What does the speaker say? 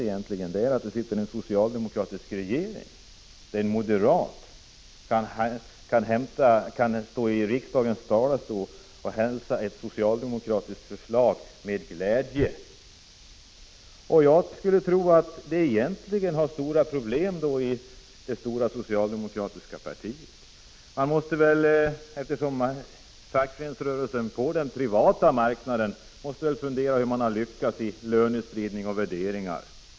Det märkliga är att det sitter en socialdemokratisk regering och att en moderat samtidigt kan stå i riksdagens talarstol och hälsa ett socialdemokratiskt förslag med glädje. Jag tror att det finns stora problem inom det stora socialdemokratiska partiet. Fackföreningsrörelsen på den privata marknaden måste fundera över hur man har lyckats med lönespridning och värderingar.